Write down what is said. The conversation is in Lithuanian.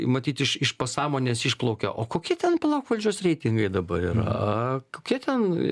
matyt iš iš pasąmonės išplaukia o kokie ten palauk valdžios reitingai dabar yra a kokie ten